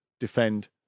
defend